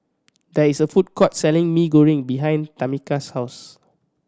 there is a food court selling Mee Goreng behind Tamica's house